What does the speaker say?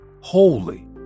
Holy